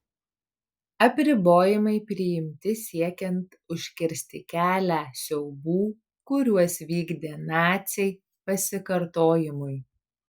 apribojimai priimti siekiant užkirsti kelią siaubų kuriuos vykdė naciai pasikartojimui